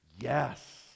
Yes